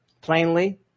plainly